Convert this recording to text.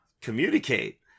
communicate